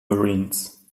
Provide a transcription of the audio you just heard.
marines